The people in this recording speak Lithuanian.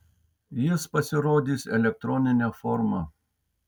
jis pasirodys elektronine forma